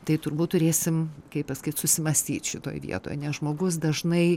tai turbūt turėsim kaip pasakyt susimąstyt šitoj vietoj nes žmogus dažnai